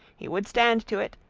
he would stand to it,